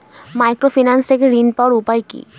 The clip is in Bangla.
মাইক্রোফিন্যান্স থেকে ঋণ পাওয়ার উপায় কি?